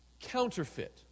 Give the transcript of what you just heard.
counterfeit